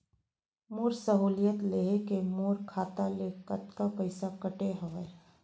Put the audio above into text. मोर सहुलियत लेहे के मोर खाता ले कतका पइसा कटे हवये?